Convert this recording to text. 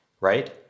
right